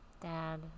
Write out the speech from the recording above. dad